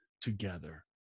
together